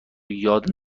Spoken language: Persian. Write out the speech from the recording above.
یاد